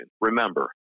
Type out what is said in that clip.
Remember